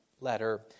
letter